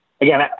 again